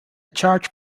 charge